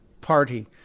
party